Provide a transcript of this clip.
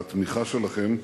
והתמיכה שלכם,